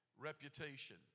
Reputation